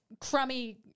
Crummy